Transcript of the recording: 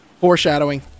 foreshadowing